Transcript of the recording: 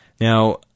now